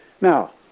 now